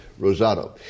Rosado